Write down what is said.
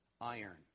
iron